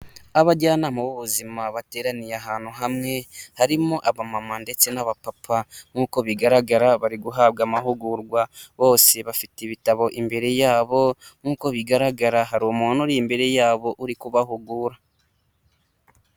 Abajyanama b'ubuzima bateraniye ahantu hamwe, harimo abamama ndetse n'abapapa nk'uko bigaragara bari guhabwa amahugurwa, bose bafite ibitabo imbere yabo nk'uko bigaragara hari umuntu uri imbere yabo uri kubahugura.